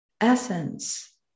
essence